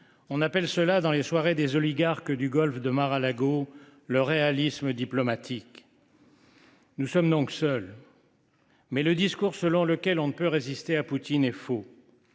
On appelle cela, dans les soirées des oligarques du golf de Mar a Lago, le « réalisme diplomatique »… Nous sommes donc seuls. Mais le discours selon lequel on ne peut résister à Poutine est faux.